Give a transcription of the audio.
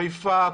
חיפה,